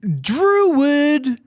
Druid